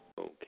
Okay